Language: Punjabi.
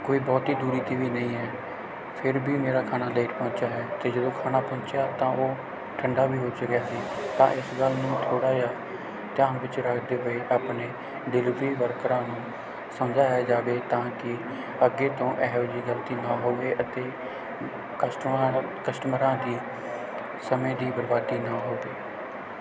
ਕੋਈ ਬਹੁਤ ਦੂਰੀ 'ਤੇ ਵੀ ਨਹੀਂ ਹੈ ਫਿਰ ਵੀ ਮੇਰਾ ਖਾਣਾ ਲੇਟ ਪਹੁੰਚਿਆ ਹੈ ਅਤੇ ਜਦੋਂ ਖਾਣਾ ਪਹੁੰਚਿਆ ਤਾਂ ਉਹ ਠੰਡਾ ਵੀ ਹੋ ਚੁੱਕਿਆ ਸੀ ਤਾਂ ਇਸ ਗੱਲ ਨੂੰ ਥੋੜ੍ਹਾ ਜਿਹਾ ਧਿਆਨ ਵਿੱਚ ਰੱਖਦੇ ਹੋਏ ਆਪਣੇ ਡਿਲੀਵਰੀ ਵਰਕਰਾਂ ਨੂੰ ਸਮਝਾਇਆ ਜਾਵੇ ਤਾਂ ਕਿ ਅੱਗੇ ਤੋਂ ਇਹੋ ਜਿਹੀ ਗਲਤੀ ਨਾ ਹੋਵੇ ਅਤੇ ਕਸਟਮਰ ਕਸਟਮਰਾਂ ਦੀ ਸਮੇਂ ਦੀ ਬਰਬਾਦੀ ਨਾ ਹੋਵੇ